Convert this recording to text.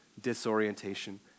disorientation